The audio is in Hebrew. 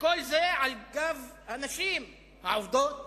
וכל זה על גב הנשים העובדות.